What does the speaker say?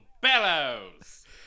Bellows